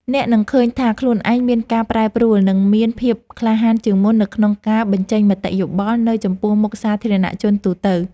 អ្នកនឹងឃើញថាខ្លួនឯងមានការប្រែប្រួល និងមានភាពក្លាហានជាងមុននៅក្នុងការបញ្ចេញមតិយោបល់នៅចំពោះមុខសាធារណជនទូទៅ។